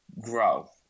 grow